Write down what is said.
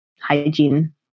hygiene